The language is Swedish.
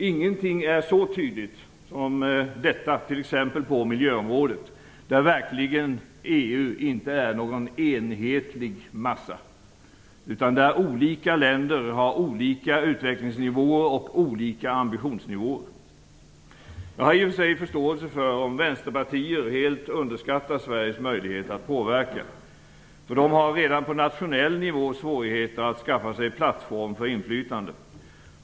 Bl.a. är detta mycket tydligt på miljöområdet, där EU verkligen inte är någon enhetlig massa utan där länderna har olika utvecklingsnivåer och ambitionsnivåer. Jag har i och för sig förståelse för om vänsterpartier helt underskattar Sveriges möjlighet att påverka. För de har redan på nationell nivå svårigheter att skaffa sig en plattform för inflytande.